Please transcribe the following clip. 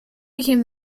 became